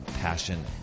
passion